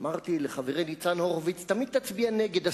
אמרתי לחברי ניצן הורוביץ: תמיד תצביע נגד.